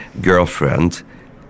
girlfriend